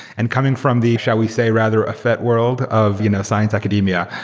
and coming from the, shall we say, rather effete world of you know science academia.